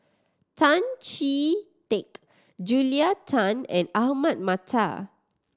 Tan Chee Teck Julia Tan and Ahmad Mattar